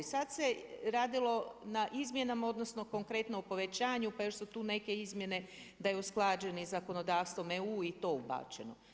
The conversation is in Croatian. Sad se radilo na izmjenama, odnosno konkretno o povećanju, pa još su tu neke izmjene da je usklađen sa zakonodavstvom EU i to ubačeno.